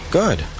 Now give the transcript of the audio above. Good